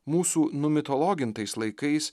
mūsų numitologintais laikais